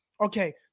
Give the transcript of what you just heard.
okay